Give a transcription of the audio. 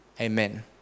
Amen